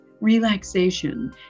relaxation